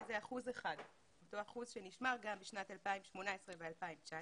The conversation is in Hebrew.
שזה 1%, אותו אחוז שנשמר גם בשנת 2018 ו-2019.